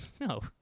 No